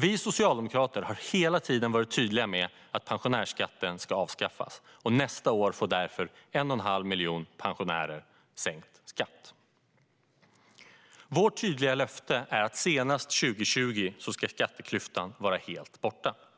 Vi socialdemokrater har hela tiden varit tydliga med att pensionärsskatten ska avskaffas. Nästa år får därför 1 1⁄2 miljon pensionärer sänkt skatt. Vårt tydliga löfte är att skatteklyftan ska vara helt borta senast